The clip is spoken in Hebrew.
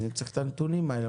אני צריך את הנתונים האלה,